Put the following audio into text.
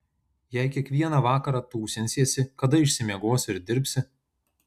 jei kiekvieną vakarą tūsinsiesi kada išsimiegosi ir dirbsi